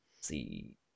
see